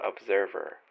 observer